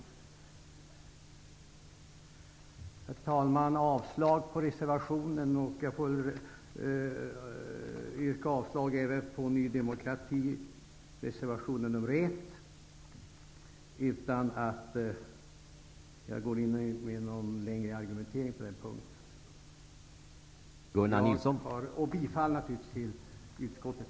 Herr talman! Jag yrkar avslag på denna reservation. Utan närmare argumentation får jag väl också yrka avslag på Ny demokratis reservation nr 1. Vidare yrkar jag bifall till utskottets hemställan i betänkandet.